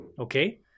okay